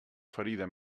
ferida